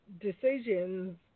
decisions